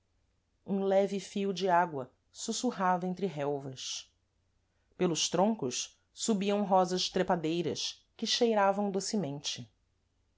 um leve fio de água sussurrava entre relvas pelos troncos subiam rosas trepadeiras que cheiravam docemente